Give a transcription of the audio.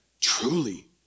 Truly